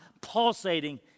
pulsating